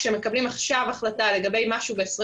כשמקבלים עכשיו החלטה לגבי משהו ב-2021,